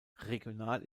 regional